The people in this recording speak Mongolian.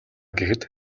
гэхэд